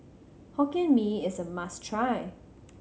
Hokkien Mee is a must try